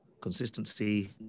consistency